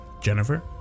Jennifer